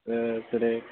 जेरै